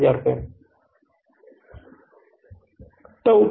यह राशि हमें 7500 दी गई है